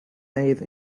made